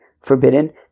forbidden